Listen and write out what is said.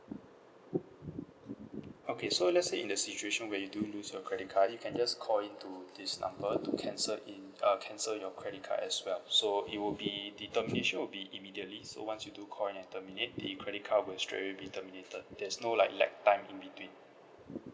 okay so let's say in the situation where you do lose your credit card you can just call in to this number to cancel in uh cancel your credit card as well so it would be the termination would be immediately so once you do call in and terminate the credit card will straightaway be terminated there's no like lag time in between